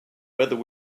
whether